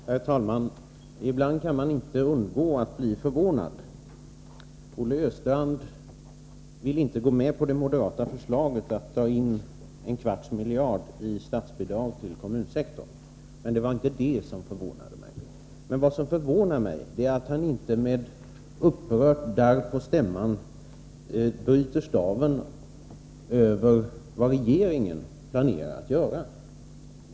Herr talman! Ibland kan man inte undgå att bli förvånad. Olle Östrand vill inte gå med på det moderata förslaget att dra in en kvarts miljard i statsbidrag till kommunsektorn. Men det var inte det som förvånade mig. Vad som förvånade mig var att han inte med upprört darr på stämman bröt staven över vad regeringen planerar att göra.